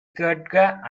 கேட்க